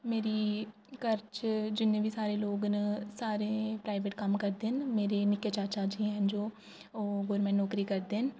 मेरी घर च जिन्ने बी सारे लोग न सारे प्राइवेट कम्म करदे न मेरे निक्के चाचा जी ऐ न जो ओह् गौरमेंट नौकरी करदे न